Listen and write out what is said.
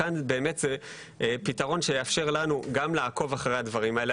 כאן זה באמת פתרון שיאפשר לנו לעקוב אחרי הדברים האלה.